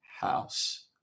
house